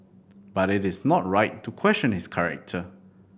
but it is not right to question his character